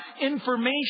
information